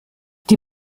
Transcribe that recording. die